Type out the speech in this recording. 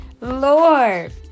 Lord